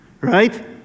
Right